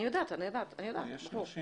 יש דברים